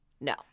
no